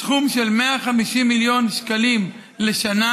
סכום של 150 מיליון שקלים לשנה,